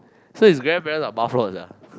so his grandparents are bufflords ah